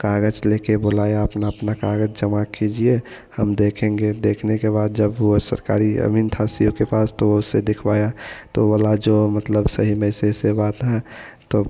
कागज़ लेकर बुलाया अपना अपना कागज़ जमा कीजिए हम देखेंगे देखने के बाद जब वह सरकारी अमीन था सी ओ के पास तो उससे दिखवाया तो वह बोला जो मतलब सही में ऐसे ऐसे बात है तब